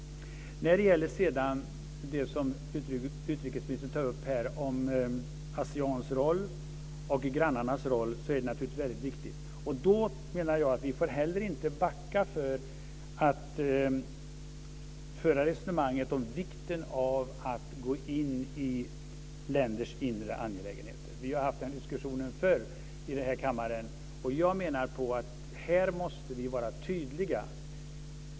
Det som utrikesministern tar upp här om Aseans roll och grannarnas roll är naturligtvis viktigt. Jag menar att vi inte heller får backa för att föra resonemanget om vikten av att gå in i länders inre angelägenheter. Vi har fört den diskussionen förr i kammaren. Jag menar att vi måste vara tydliga här.